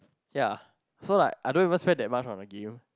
ya so like I don't even spend that much on a game